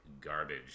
garbage